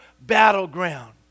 battleground